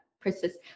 persist